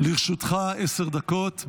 לרשותך עשר דקות,